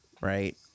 right